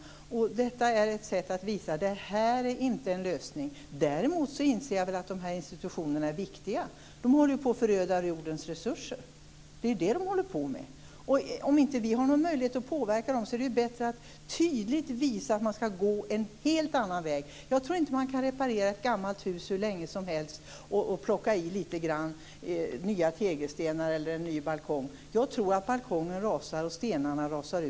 Det här är ett sätt att visa att detta inte är en lösning. Däremot inser jag att de här institutionerna är viktiga. De håller ju på att föröda jordens resurser. Om vi inte har någon möjlighet att påverka dem är det bättre att tydligt visa att de bör gå en helt annan väg. Man kan inte reparera ett gammalt hus hur länge som helst, plocka in nya tegelstenar och en ny balkong. Jag tror att stenarna och balkongen rasar.